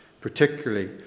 particularly